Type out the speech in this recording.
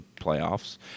playoffs